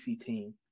team